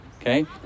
okay